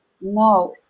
no